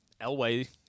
Elway